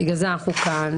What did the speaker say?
בגלל זה אנחנו כאן.